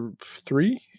three